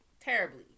terribly